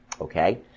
Okay